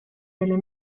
delle